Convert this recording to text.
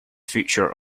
future